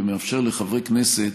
ומאפשר לחברי כנסת